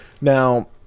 Now